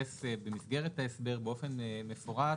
שתתייחס במסגרת ההסבר, באופן מפורט,